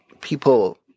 people